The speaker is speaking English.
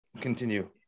Continue